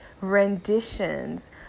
renditions